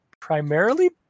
primarily